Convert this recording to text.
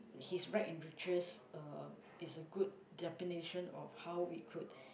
his rag and riches uh is a good definition of how we could